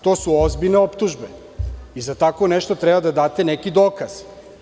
To su ozbiljne optužbe, i za tako nešto treba da date neki dokaz.